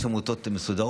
יש עכשיו עמותות נוספות,